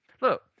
Look